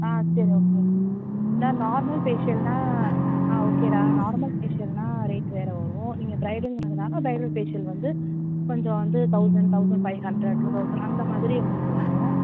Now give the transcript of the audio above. ஆ சரி ஓகே இந்த நார்மல் ஃபேஸியல்னா ஆ ஓகேடா நார்மல் ஃபேஸியல்னா ரேட் வேறு வரும் நீங்கள் ப்ரைடுங்கிறதுனால் ப்ரைடல் ஃபேஸியல் வந்து கொஞ்சம் வந்து thousand thousand five hundred two thousand அந்த மாதிரி உங்களுக்கு வரும்